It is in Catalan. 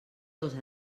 dos